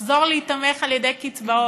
יחזור להיתמך על ידי קצבאות,